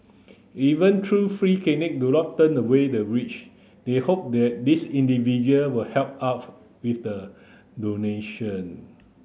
even free clinics do not turn away the rich they hope that these individual would help out with the donation